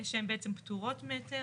שהן בעצם פטורות מהיתר,